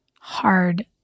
hard